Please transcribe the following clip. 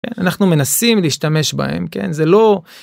אנחנו מנסים להשתמש בהם כן זה לא.